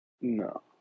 No